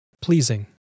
pleasing